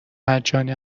مجانی